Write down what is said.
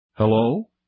Hello